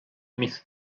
miss